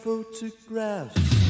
Photographs